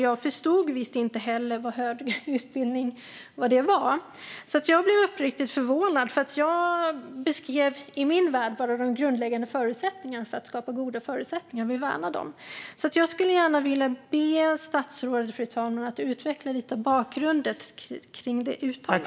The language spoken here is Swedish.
Jag förstod visst inte heller vad högre utbildning är. Jag blev uppriktigt förvånad av detta då jag i min värld bara hade beskrivit de grundläggande goda förutsättningar som vi värnar om. Jag skulle gärna vilja be statsrådet att utveckla bakgrunden till det uttalandet.